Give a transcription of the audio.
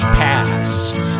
past